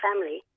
family